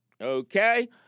Okay